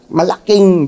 malaking